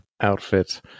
outfit